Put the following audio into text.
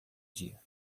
dia